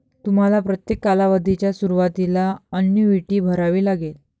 तुम्हाला प्रत्येक कालावधीच्या सुरुवातीला अन्नुईटी भरावी लागेल